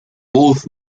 both